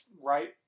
right